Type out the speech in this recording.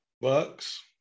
Bucks